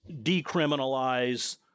decriminalize